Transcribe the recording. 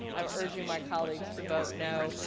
i'm underring my colleagues to vote no,